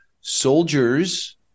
Soldiers